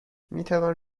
میتوان